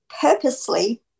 purposely